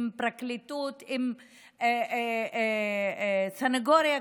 עם פרקליטות ועם סנגוריה,